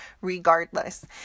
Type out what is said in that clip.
regardless